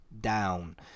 down